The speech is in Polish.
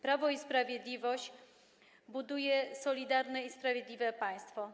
Prawo i Sprawiedliwość buduje solidarne i sprawiedliwe państwo.